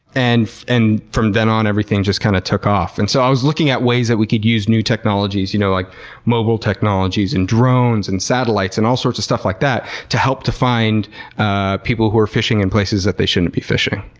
and and from then on, everything just kind of took off. and so i was looking at ways that we could use new technologies, you know like mobile technologies, and drones, and satellites, and all sorts of stuff like that to help to find ah people who are fishing in places that they shouldn't be fishing.